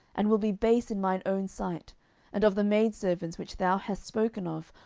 and will be base in mine own sight and of the maidservants which thou hast spoken of,